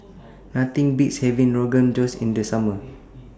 Nothing Beats having Rogan Josh in The Summer